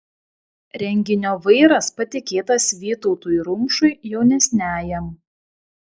renginio vairas patikėtas vytautui rumšui jaunesniajam